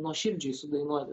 nuoširdžiai sudainuoti